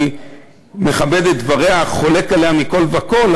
אני מכבד את דבריה אך חולק עליה מכול וכול,